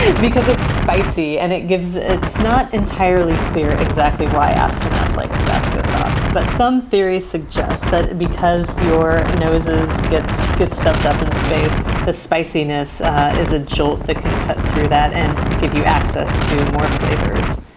because it's spicy and it gives it's not entirely clear exactly why astronauts like tabasco sauce but some theory suggests that because your noses gets gets stuffed up in space, the spiciness is a jolt that can cut through that and give you access to more flavors.